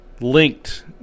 linked